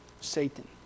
Satan